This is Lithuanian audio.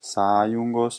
sąjungos